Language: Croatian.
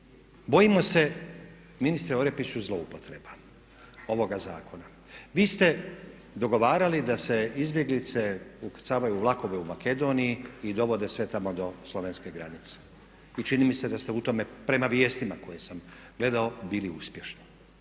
Bojimo se ministre Orepiću zloupotreba ovoga zakona. Vi ste dogovarali da se izbjeglice ukrcavaju u vlakove u Makedoniji i dovode sve tamo do slovenske granice i čini mi se da ste u tome prema vijestima koje sam gledao bili uspješni.